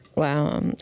Wow